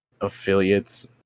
affiliates